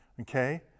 Okay